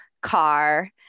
car